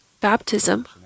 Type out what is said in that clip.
Baptism